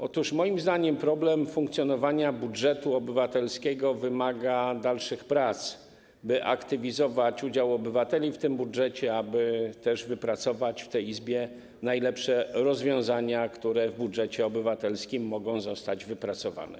Otóż moim zdaniem problem funkcjonowania budżetu obywatelskiego wymaga dalszych prac, by aktywizować udział obywateli w tym budżecie, aby też wypracować w tej Izbie najlepsze rozwiązania, które w budżecie obywatelskim mogą zostać wypracowane.